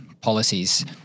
policies